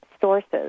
sources